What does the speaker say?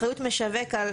אחריות משווק על,